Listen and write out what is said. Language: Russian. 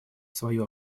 свою